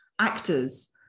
actors